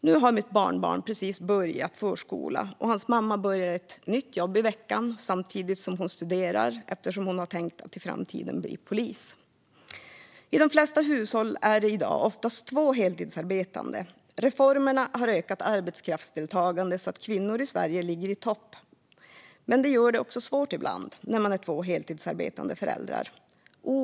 Nu har mitt barnbarn precis börjat förskola, och hans mamma börjar på ett nytt jobb i veckan samtidigt som hon studerar, eftersom hon har tänkt att i framtiden bli polis. I de flesta hushåll i dag är det två heltidsarbetande. Reformerna har ökat arbetskraftsdeltagandet så att kvinnor i Sverige ligger i topp. Men det är också svårt ibland när man är två heltidsarbetande föräldrar.